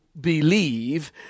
believe